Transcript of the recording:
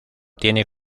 tiene